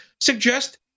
suggest